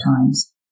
Times